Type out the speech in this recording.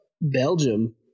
Belgium